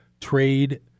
trade